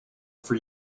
for